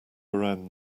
around